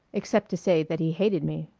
except to say that he hated me.